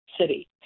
city